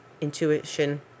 intuition